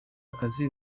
akazi